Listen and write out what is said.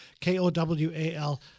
K-O-W-A-L